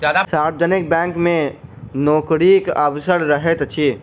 सार्वजनिक बैंक मे नोकरीक अवसर रहैत अछि